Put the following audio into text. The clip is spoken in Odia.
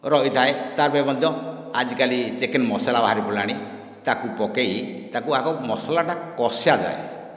ରହିଥାଏ ତା' ପାଇଁ ମଧ୍ୟ ଆଜିକାଲି ଚିକେନ୍ ମସଲା ବାହାରି ପଡ଼ିଲାଣି ତାକୁ ପକେଇ ତାକୁ ଆଗ ମସଲାକୁ କଷା ଯାଏ